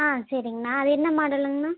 ஆ சரிங்கண்ணா அது என்ன மாடலுங்கண்ணா